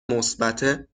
مثبته